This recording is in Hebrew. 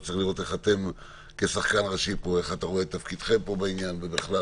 צריך לראות איך אתם כשחקן ראשי פה רואים את תפקידכם פה בעניין ובכלל.